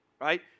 right